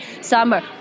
summer